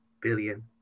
billion